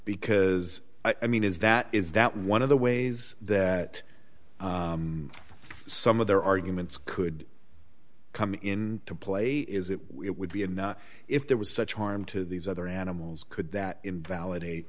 because i mean is that is that one of the ways that some of their arguments could coming in to play is it would be if there was such harm to these other animals could that invalidate